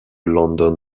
london